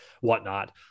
whatnot